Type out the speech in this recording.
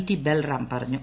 T Balram പറഞ്ഞു